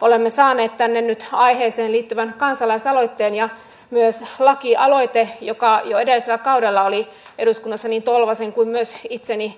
olemme saaneet tänne nyt aiheeseen liittyvän kansalaisaloitteen ja myös lakialoite joka jo edellisellä kaudella oli eduskunnassa niin tolvasen kuin myös itseni